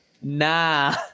nah